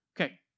Okay